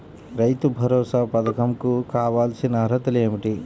రైతు భరోసా పధకం కు కావాల్సిన అర్హతలు ఏమిటి?